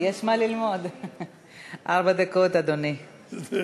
ארבע דקות, אדוני.